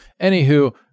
anywho